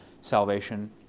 salvation